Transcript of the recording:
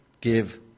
Give